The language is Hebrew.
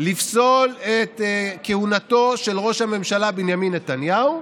לפסול את כהונתו של ראש הממשלה בנימין נתניהו,